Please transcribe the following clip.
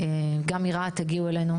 גם מרהט הגיעו אלינו.